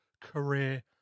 career